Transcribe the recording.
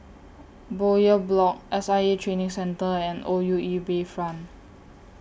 Bowyer Block S I A Training Centre and O U E Bayfront